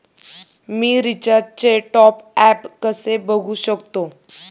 मी रिचार्जचे टॉपअप कसे बघू शकतो?